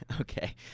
Okay